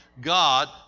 God